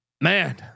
man